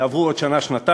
יעברו עוד שנה-שנתיים,